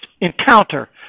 encounter